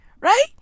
Right